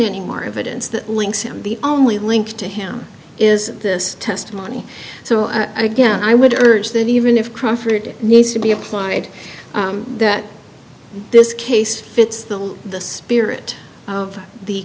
any more evidence that links him the only link to him is this testimony so again i would urge that even if crawford needs to be applied that this case fits the spirit of the